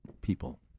people